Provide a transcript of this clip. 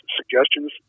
suggestions